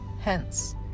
Hence